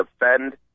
defend